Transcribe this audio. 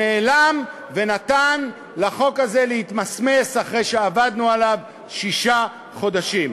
נעלם ונתן לחוק הזה להתמסמס אחרי שעבדנו עליו שישה חודשים.